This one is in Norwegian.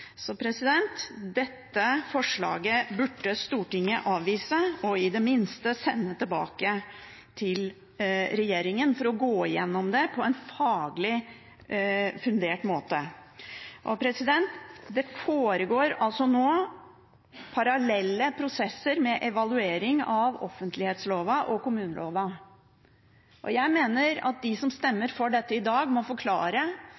Så dette forslaget burde Stortinget avvise og i det minste sende tilbake til regjeringen så de kan gå gjennom det på en faglig fundert måte. Det foregår altså nå parallelle prosesser med evaluering av offentlighetsloven og kommuneloven. Jeg mener at de som stemmer for dette i dag, må forklare